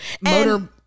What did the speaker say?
motor